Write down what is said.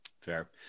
fair